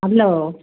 hello